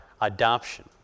adoption